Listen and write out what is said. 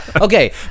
okay